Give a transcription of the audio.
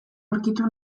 aurkitu